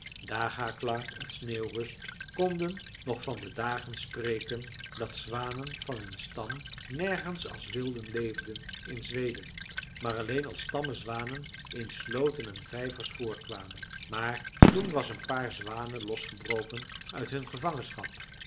dagaklar en sneeuwrust konden nog van de dagen spreken dat zwanen van hun stam nergens als wilden leefden in zweden maar alleen als tamme zwanen in sloten en vijvers voorkwamen maar toen was een paar zwanen losgebroken uit hun gevangenschap